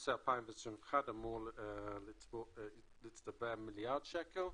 אמצע 2021 אמור להצטבר מיליארד שקל.